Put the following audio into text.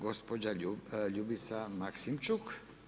Gospođa Ljubica Maksimčuk.